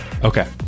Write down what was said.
Okay